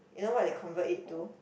you know what they convert it to